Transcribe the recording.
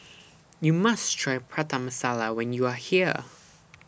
YOU must Try Prata Masala when YOU Are here